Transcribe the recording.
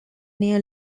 near